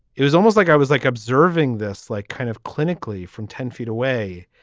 it was almost like i was like observing this like kind of clinically from ten feet away.